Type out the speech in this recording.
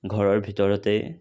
ঘৰৰ ভিতৰতে